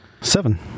Seven